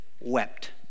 wept